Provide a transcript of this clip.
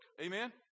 Amen